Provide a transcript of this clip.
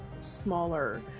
smaller